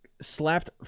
slapped